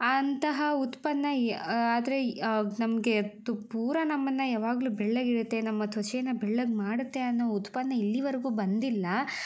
ಅಂತಹ ಉತ್ಪನ್ನ ಆದರೆ ನಮಗೆ ತು ಪೂರಾ ನಮ್ಮನ್ನು ಯಾವಾಗಲೂ ಬೆಳ್ಳಗೆ ಇಡುತ್ತೆ ನಮ್ಮ ತ್ವಚೆನ ಬೆಳ್ಳಗೆ ಮಾಡುತ್ತೆ ಅನ್ನೋ ಉತ್ಪನ್ನ ಇಲ್ಲಿವರೆಗೂ ಬಂದಿಲ್ಲ